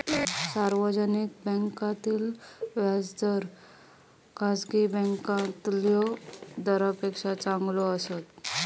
सार्वजनिक बॅन्कांतला व्याज दर खासगी बॅन्कातल्या दरांपेक्षा चांगलो असता